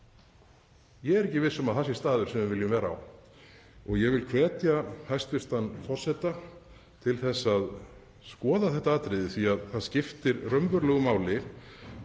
er ég ekki viss um að það sé staður sem við viljum vera á. Ég vil hvetja hæstv. forseta til að skoða þetta atriði því að það skiptir raunverulegu máli